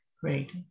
great